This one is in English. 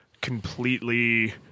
completely